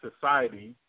society